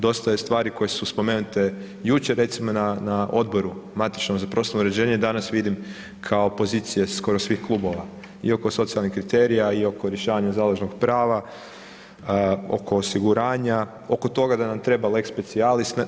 Dosta je stvari koje su spomenute jučer recimo na odboru matičnom za prostorno uređenje, danas vidim kao pozicije skoro svih klubova i oko socijalnih kriterija i oko rješavanja zalužnog prava, oko osiguranja, oko toga da nam treba lex specialis.